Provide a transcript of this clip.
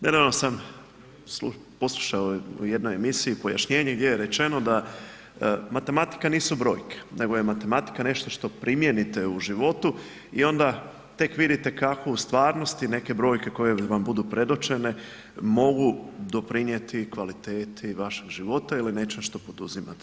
Nedavno sam poslušao u jednoj emisiji pojašnjenje gdje je rečeno da matematika nisu brojke nego je matematika nešto što primijenite u životu i onda tek vidite kako u stvarnosti neke brojke koje vam budu predočene mogu doprinijeti kvaliteti vašeg života ili nečem što poduzimate.